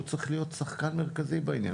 הוא צריך להיות שחקן מרכזי בעניין.